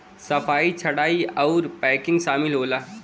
सफाई छंटाई आउर पैकिंग सामिल होला